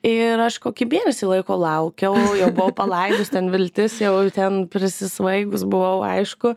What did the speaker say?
ir aš kokį mėnesį laiko laukiau jau buvau palaidojus ten viltis jau ten prisisvaigus buvau aišku